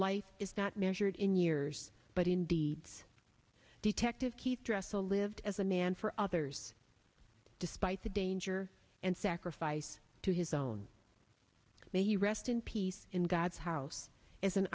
life is not measured in years but in deeds detective keith dressed the lived as a man for other despite the danger and sacrifice to his own may he rest in peace in god's house is an